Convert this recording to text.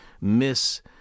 miss